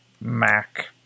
Mac